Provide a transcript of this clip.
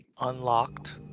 unlocked